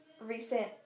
recent